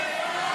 ההצעה